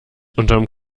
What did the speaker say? unterm